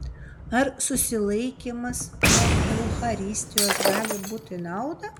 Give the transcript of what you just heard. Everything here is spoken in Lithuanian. ar susilaikymas nuo eucharistijos gali būti į naudą